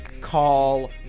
call